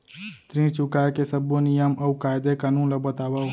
ऋण चुकाए के सब्बो नियम अऊ कायदे कानून ला बतावव